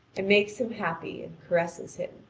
and makes him happy and caresses him.